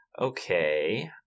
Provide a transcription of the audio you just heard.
okay